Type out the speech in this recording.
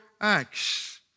acts